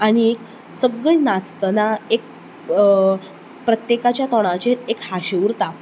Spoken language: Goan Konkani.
आनी एक सगळीं नाचतना एक प्रत्येकाच्या तोंडाचेर एक हांशीं उरता